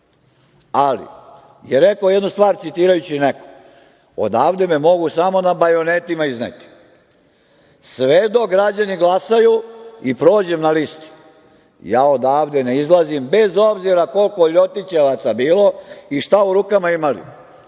ali je rekao jednu stvar, citirajući nekog – odavde me mogu samo na bajonetima izneti. Sve dok građani glasaju i prođem na listi, ja ovde ne izlazim, bez obzira koliko ljotićevaca bilo i šta u rukama imali.